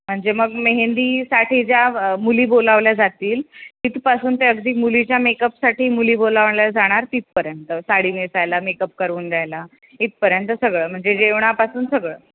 म्हणजे मग मेहंदीसाठी ज्या मुली बोलावल्या जातील तिथपासून ते अगदी मुलीच्या मेकअपसाठी मुली बोलावल्या जाणार तिथपर्यंत साडी नेसायला मेकअप करून द्यायला इथपर्यंत सगळं म्हणजे जेवणापासून सगळं